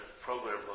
program